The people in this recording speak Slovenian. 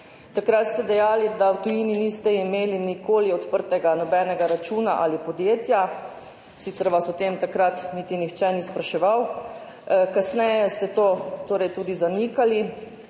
Takrat ste dejali, da v tujini niste imeli nikoli odprtega nobenega računa ali podjetja, sicer vas o tem takrat niti nihče ni spraševal. Kasneje ste to tudi zanikali,